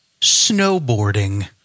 snowboarding